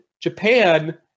Japan